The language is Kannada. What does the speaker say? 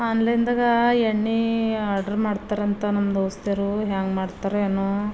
ಆನ್ಲೈನ್ದಾಗ ಎಣ್ಣೆ ಆಡ್ರ್ ಮಾಡ್ತಾರಂತ ನನ್ನ ದೋಸ್ತಿಯರು ಹ್ಯಾಂಗ ಮಾಡ್ತಾರೇನೋ